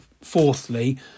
fourthly